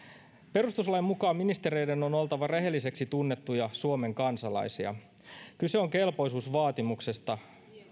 perustuslain mukaan ministereiden on oltava rehelliseksi tunnettuja suomen kansalaisia kyse on kelpoisuusvaatimuksesta